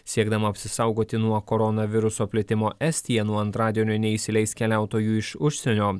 siekdama apsisaugoti nuo koronaviruso plitimo estija nuo antradienio neįsileis keliautojų iš užsienio